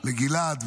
לגלעד,